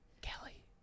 Kelly